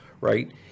right